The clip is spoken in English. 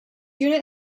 unit